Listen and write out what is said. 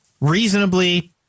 Reasonably